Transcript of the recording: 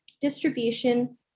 distribution